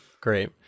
Great